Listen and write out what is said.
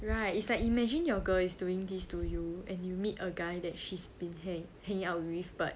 right it's like imagine your girl is doing this to you and you meet a guy that she's been hanging out with but